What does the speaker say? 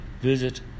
Visit